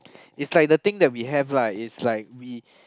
it's like the thing that we have lah it's like we